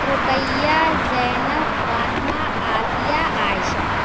Ruqaiya Zainab Fatima Asiya Aisha